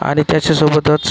आणि त्याच्यासोबतच